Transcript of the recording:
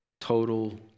Total